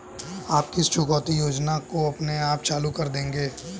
आप किस चुकौती योजना को अपने आप चालू कर देंगे?